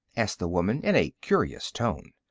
asked the woman, in a curious tone.